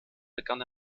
begann